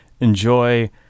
enjoy